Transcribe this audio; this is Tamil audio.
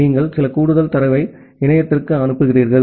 நீங்கள் சில கூடுதல் தரவை இணையத்திற்கு அனுப்புகிறீர்கள்